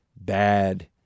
bad